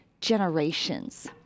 generations